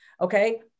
Okay